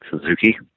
Suzuki